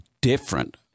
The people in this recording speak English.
different